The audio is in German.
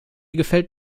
gefällt